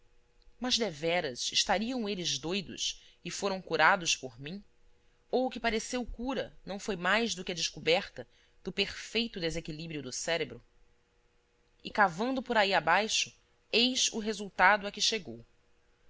mas deveras estariam eles doidos e foram curados por mim ou o que pareceu cura não foi mais do que a descoberta do perfeito desequilíbrio do cérebro e cavando por aí abaixo eis o resultado a que chegou